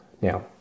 now